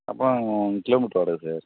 அப்போன்னா கிலோமீட்ரு வாடகை சார்